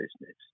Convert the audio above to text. business